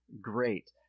great